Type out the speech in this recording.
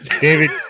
David